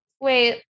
Wait